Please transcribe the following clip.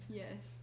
yes